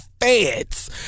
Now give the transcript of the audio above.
feds